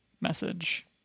message